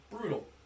Brutal